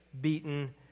beaten